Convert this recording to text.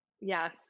Yes